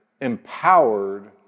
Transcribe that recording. empowered